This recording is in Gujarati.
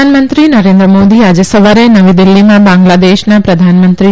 પ્રધાનમંત્રી નરેન્દ્ર મોદી આજે સવારે નવી દિલ્ફીમાં બાંગ્લાદેશના પ્રધાનમંત્રી